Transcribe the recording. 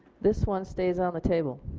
this one stays on the table.